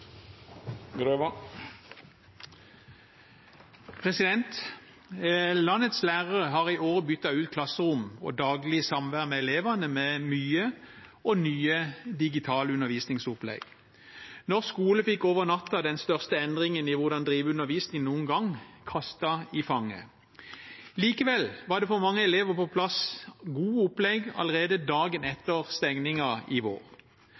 Landets lærere har i år byttet ut klasserom og daglig samvær med elevene med mye og nytt digitalt undervisningsopplegg. Norsk skole fikk over natten den største endringen noen gang i hvordan drive undervisning, kastet i fanget. Likevel var det for mange elever på plass gode opplegg allerede dagen etter stengingen i vår.